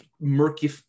murky